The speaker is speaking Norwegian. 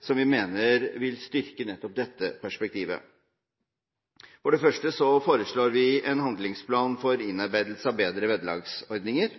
som vi mener vil styrke nettopp dette perspektivet. Vi foreslår: en handlingsplan for innarbeidelse av bedre vederlagsordninger